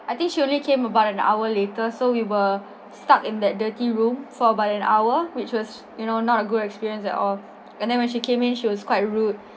I think she only came about an hour later so we were stuck in that dirty room for about an hour which was you know not a good experience at all and then when she came in she was quite rude